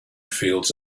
fields